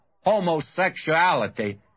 homosexuality